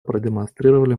продемонстрировали